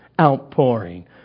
outpouring